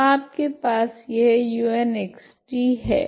तो आपके पास यह unxt है